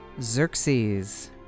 Xerxes